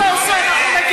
למרות מה שאתה עושה,